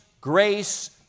grace